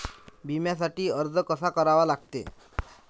बिम्यासाठी अर्ज कसा करा लागते?